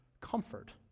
comfort